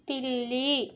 పిల్లి